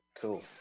Cool